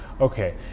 Okay